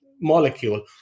molecule